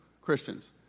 Christians